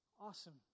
Awesome